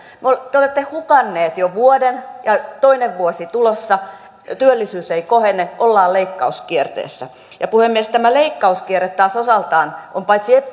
te te olette hukanneet jo vuoden ja toinen vuosi on tulossa työllisyys ei kohene ollaan leikkauskierteessä ja puhemies tämä leikkauskierre taas on osaltaan paitsi